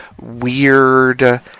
weird